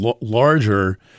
larger